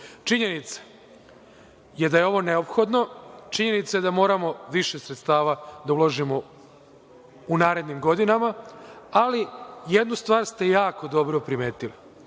problema. Činjenica je da je ovo neophodno. Činjenica je da moramo više sredstava da ulažemo u narednim godinama, ali jednu stvar ste jako dobro primetili,